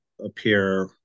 appear